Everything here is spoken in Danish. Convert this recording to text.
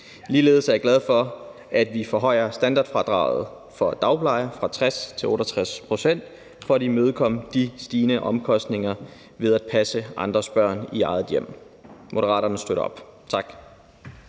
Ligeledes er jeg glad for, at vi forhøjer standardfradraget for dagplejere fra 60 til 68 pct. for at imødekomme de stigende omkostninger ved at passe andres børn i eget hjem. Moderaterne støtter op. Tak.